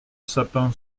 sapin